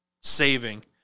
saving